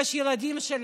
יש ילדים שלנו.